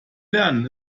lernen